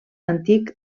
antic